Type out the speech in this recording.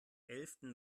elften